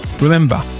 Remember